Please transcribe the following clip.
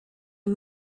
hay